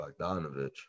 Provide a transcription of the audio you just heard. Bogdanovich